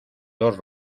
dos